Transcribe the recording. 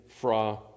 Fra